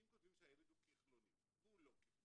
כי אם כותבים שהילד הוא כחלוני, והוא לא כחלוני,